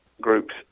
groups